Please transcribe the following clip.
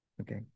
Okay